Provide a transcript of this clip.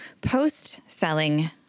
post-selling